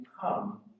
come